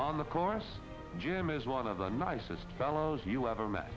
on the course jim is one of the nicest fellows you ever met